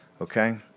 Okay